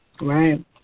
Right